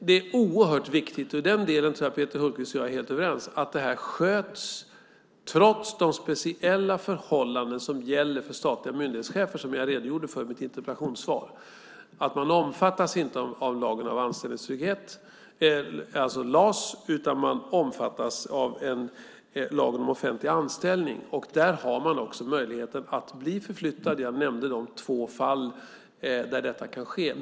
Det är oerhört viktigt, och i den delen tror jag att Peter Hultqvist och jag är helt överens, att det här sköts bra trots de speciella förhållanden som gäller för statliga myndighetschefer som jag redogjorde för i mitt interpellationssvar. Man omfattas inte av lagen om anställningsskydd, LAS, utan man omfattas av lagen om offentlig anställning. Där har man också möjligheten att bli förflyttad. Jag nämnde de två fall där detta kan ske.